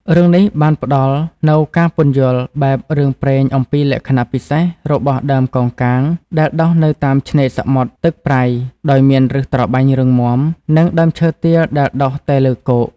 រឿងនេះបានផ្តល់នូវការពន្យល់បែបរឿងព្រេងអំពីលក្ខណៈពិសេសរបស់ដើមកោងកាងដែលដុះនៅតាមឆ្នេរសមុទ្រទឹកប្រៃដោយមានប្ញសត្របាញ់រឹងមាំ និងដើមឈើទាលដែលដុះតែលើគោក។